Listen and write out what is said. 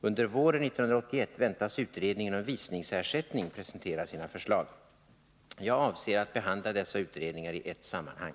Under våren 1981 väntas utredningen om visningsersättning presentera sina förslag. Jag avser att behandla dessa utredningar i ett sammanhang.